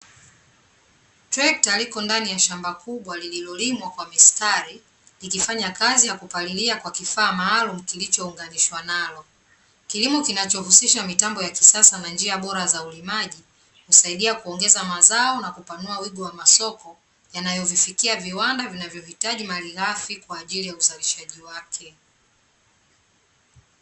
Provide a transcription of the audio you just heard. Trekta liko ndani ya shamba kubwa lililolimwa kwa mistari, likifanya kazi ya kupalilia kwa kifaa maalumu kilichounganishwa nalo. Kilimo kinachohusisha mitambo ya kisasa na njia bora za ulimaji, husaidia kuongeza mazao na kupanua wigo wa masoko, yanayovifikia viwanda vinavyohitaji malighafi kwa ajili ya uzalishaji wake.